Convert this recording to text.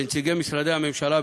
לנציגי משרדי הממשלה,